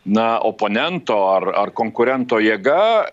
na oponento ar ar konkurento jėga